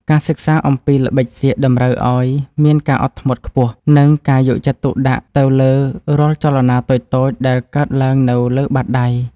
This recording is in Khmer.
ការសិក្សាអំពីល្បិចសៀកតម្រូវឱ្យមានការអត់ធ្មត់ខ្ពស់ និង ការយកចិត្តទុកដាក់ទៅលើរាល់ចលនាតូចៗដែលកើតឡើងនៅលើបាតដៃ។